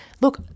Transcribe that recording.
look